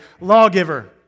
Lawgiver